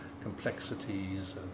complexities